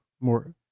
more